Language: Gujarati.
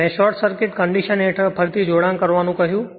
મેં શોર્ટ સર્કિટ કન્ડિશન હેઠળ ફરીથી જોડાણ કરવાનું કહ્યું